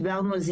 דיברנו על זה,